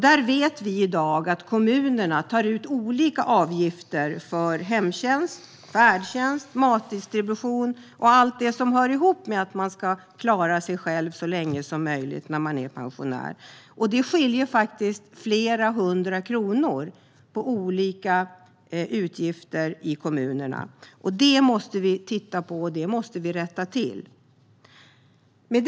Där vet vi i dag att kommunerna tar ut olika avgifter för hemtjänst, färdtjänst, matdistribution och allt det som hör ihop med att man ska klara sig själv så länge som möjligt när man är pensionär. Det skiljer flera hundra kronor vad gäller olika utgifter i kommunerna. Detta måste vi titta på och rätta till. Herr talman!